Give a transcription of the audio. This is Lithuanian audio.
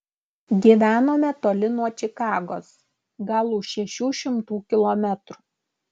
gyvenome toli nuo čikagos gal už šešių šimtų kilometrų